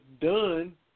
done